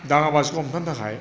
दाङा बाजिखौ हमथानो थाखाय